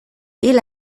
hil